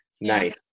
nice